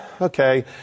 okay